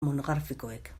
monografikoek